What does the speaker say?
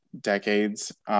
decades